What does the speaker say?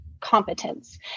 competence